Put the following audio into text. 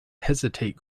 hesitate